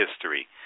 history